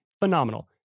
phenomenal